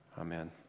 Amen